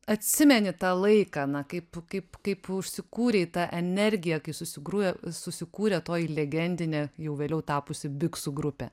atsimeni tą laiką na kaip kaip kaip užsikūrei ta energija kai susigrūdę susikūrė toji legendinė jau vėliau tapusi biksų grupė